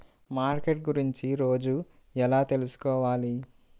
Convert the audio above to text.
Market గురించి రోజు ఎలా తెలుసుకోవాలి?